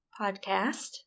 podcast